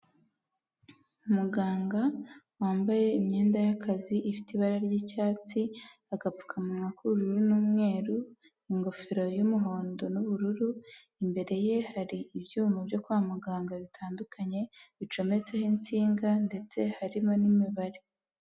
Umuganga wambaye imyenda y'akazi ifite ibara ry'icyatsi, agapfukamunwa k'ubururu n'umweru, n'ingofero y'umuhondo n'ubururu, imbere ye hari ibyuma byo kwa muganga bitandukanye bicometseho insinga ndetse harimo n'imibare.